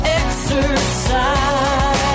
exercise